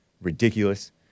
Ridiculous